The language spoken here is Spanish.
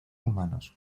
humanos